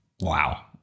wow